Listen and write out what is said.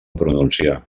pronunciar